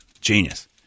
Genius